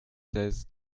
seize